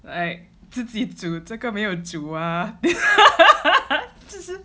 I 自己煮这个没有煮吗